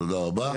תודה רבה.